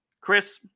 Chris